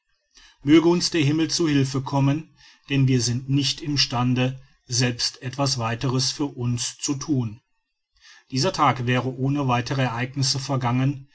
möge uns der himmel zu hilfe kommen denn wir sind nicht im stande selbst etwas weiteres für uns zu thun dieser tag wäre ohne weitere ereignisse vergangen